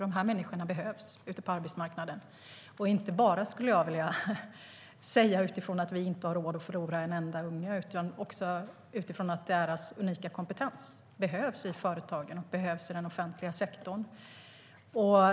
De människorna behövs på arbetsmarknaden, inte bara med utgångspunkt i att vi inte har råd att förlora en enda unge utan för att deras unika kompetens behövs i företagen och i den offentliga sektorn.